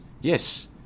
yes